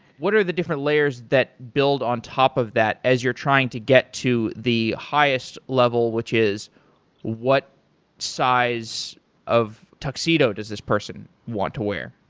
what are the different layers that build on top of that as you're trying to get to the highest level which is what size of tuxedo does this person want to wear?